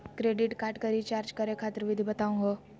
Credit card क recharge करै खातिर विधि बताहु हो?